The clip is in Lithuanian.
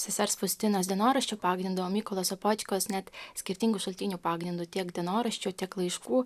sesers faustinos dienoraščiu pagrindu o mykolo sopočkos net skirtingų šaltinių pagrindu tiek dienoraščio tiek laiškų